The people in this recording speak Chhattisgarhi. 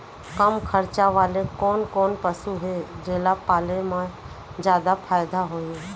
कम खरचा वाले कोन कोन पसु हे जेला पाले म जादा फायदा होही?